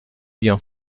bien